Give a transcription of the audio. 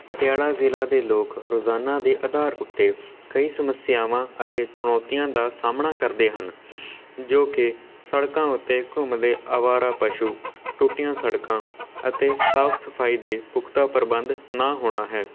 ਪਟਿਆਲਾ ਜ਼ਿਲ੍ਹਾ ਦੇ ਲੋਕ ਰੋਜ਼ਾਨਾ ਦੇ ਅਧਾਰ ਉੱਤੇ ਕਈ ਸਮੱਸਿਆਵਾਂ ਅਤੇ ਚੁਣੌਤੀਆਂ ਦਾ ਸਾਹਮਣਾ ਕਰਦੇ ਹਨ ਜੋ ਕਿ ਸੜਕਾਂ ਉੱਤੇ ਘੁੰਮਦੇ ਅਵਾਰਾ ਪਸ਼ੂ ਟੁੱਟੀਆਂ ਸੜਕਾਂ ਅਤੇ ਸਾਫ ਸਫਾਈ ਦੇ ਪੁਖਤਾ ਪ੍ਰਬੰਧ ਨਾ ਹੋਣਾ ਹੈ